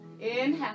Inhale